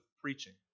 preaching